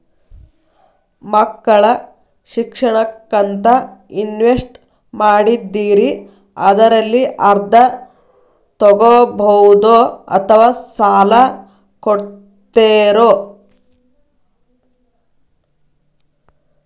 ಮಕ್ಕಳ ಶಿಕ್ಷಣಕ್ಕಂತ ಇನ್ವೆಸ್ಟ್ ಮಾಡಿದ್ದಿರಿ ಅದರಲ್ಲಿ ಅರ್ಧ ತೊಗೋಬಹುದೊ ಅಥವಾ ಸಾಲ ಕೊಡ್ತೇರೊ?